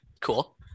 cool